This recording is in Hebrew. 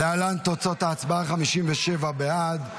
להלן תוצאות ההצבעה: 57 בעד,